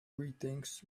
greetings